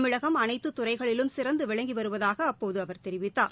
தமிழகம் அனைத்து துறைகளிலும் சிறந்து விளங்கி வருவதாக அப்போது அவர் தெரிவித்தார்